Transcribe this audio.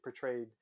portrayed